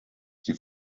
sie